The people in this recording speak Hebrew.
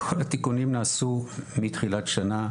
התיקונים נעשו מתחילת שנה,